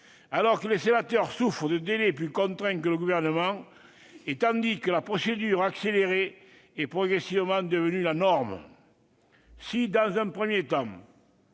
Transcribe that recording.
tandis que les sénateurs souffrent de délais plus contraints que le Gouvernement et tandis que la procédure accélérée est progressivement devenue la norme. Si, dans un premier temps,